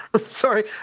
Sorry